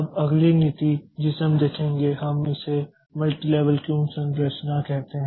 अब अगली नीति जिसे हम देखेंगे हम इसे मल्टीलेवेल क्यू संरचना कहते हैं